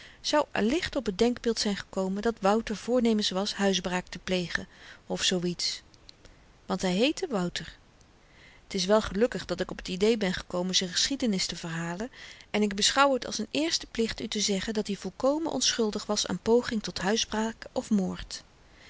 zou allicht op t denkbeeld zyn gekomen dat wouter voornemens was huisbraak te plegen of zoo iets want hy heette wouter t is wel gelukkig dat ik op t idee ben gekomen z'n geschiedenis te verhalen en ik beschouw t als n eerste plicht u te zeggen dat-i volkomen onschuldig was aan poging tot huisbraak of moord